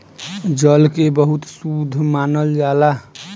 जल के बहुत शुद्ध मानल जाला